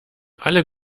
alle